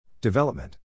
development